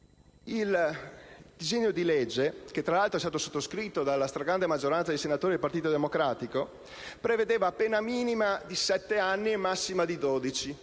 Il disegno di legge, che tra l'altro è stato sottoscritto dalla stragrande maggioranza dei senatori del Partito Democratico, prevedeva una pena minima di sette anni e una massima di dodici.